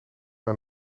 aan